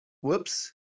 Whoops